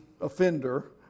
offender